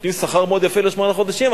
נותנים שכר מאוד יפה לשמונה חודשים,